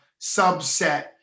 subset